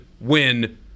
win